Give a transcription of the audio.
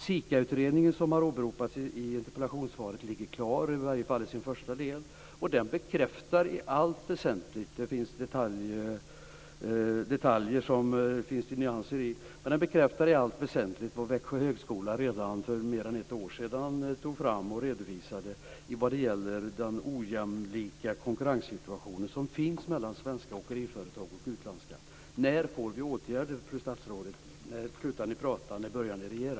SIKA-utredningen som har åberopats i interpellationssvaret ligger klar, i varje fall i sin första del. Den bekräftar i allt väsentligt - det finns detaljer och nyanser - vad Växjö högskola redan för mer än ett år sedan tog fram och redovisade vad gäller den ojämlika konkurrenssituationen som finns mellan svenska åkeriföretag och utländska. När får vi åtgärder, fru statsrådet? När slutar ni prata och börjar regera?